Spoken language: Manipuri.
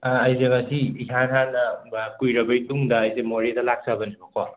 ꯑꯩꯁꯦ ꯉꯁꯤ ꯏꯍꯥꯟ ꯍꯥꯟꯅ ꯑꯥ ꯀꯨꯏꯔꯕꯒꯤꯇꯨꯡꯗ ꯑꯩꯁꯦ ꯃꯣꯔꯦꯗ ꯂꯥꯛꯆꯕꯅꯦꯕꯀꯣ